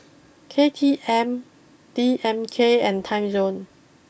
K T M D M K and Timezone